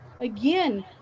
Again